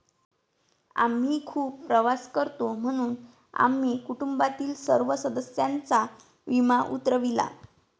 आम्ही खूप प्रवास करतो म्हणून आम्ही कुटुंबातील सर्व सदस्यांचा विमा उतरविला